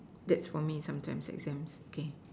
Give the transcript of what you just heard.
that's for me sometimes exams okay